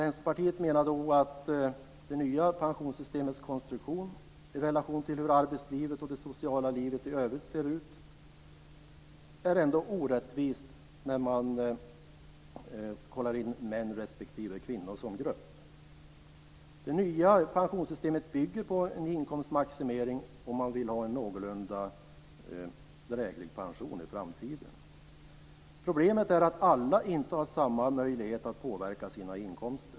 Vänsterpartiet menar att det nya pensionssystemets konstruktion i relation till hur arbetstiden och det sociala livet i övrigt ser ut är orättvist mellan män och kvinnor sedda som grupper. Det nya pensionssystemet bygger på en inkomstmaximering för dem som vill ha en någorlunda hygglig pension i framtiden. Problemet är att inte alla har samma möjlighet att påverka sina inkomster.